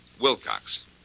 Wilcox